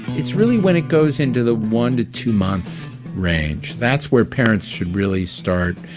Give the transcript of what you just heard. it's really when it goes into the one to two-month range. that's where parents should really start